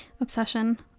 obsession